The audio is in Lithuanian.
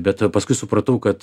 bet paskui supratau kad